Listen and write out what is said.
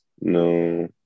No